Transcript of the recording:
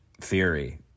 theory